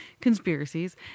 Conspiracies